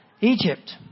Egypt